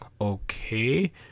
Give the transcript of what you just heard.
okay